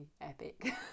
epic